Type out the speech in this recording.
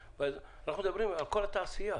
אנחנו מדברים על כל התעשייה.